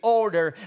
order